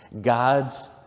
God's